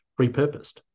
repurposed